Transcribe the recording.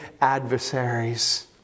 adversaries